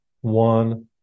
one